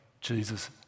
Jesus